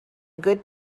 good